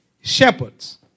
Shepherds